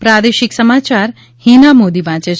પ્રાદેશિક સમાચાર હીના મોદી વાંચે છે